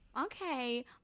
okay